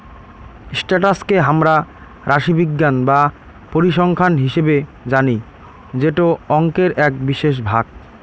status কে হামরা রাশিবিজ্ঞান বা পরিসংখ্যান হিসেবে জানি যেটো অংকের এক বিশেষ ভাগ